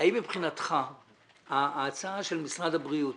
האם מבחינתך ההצעה של משרד הבריאות,